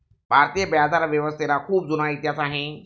भारतातील बाजारव्यवस्थेला खूप जुना इतिहास आहे